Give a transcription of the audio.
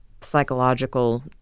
psychological